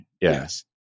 yes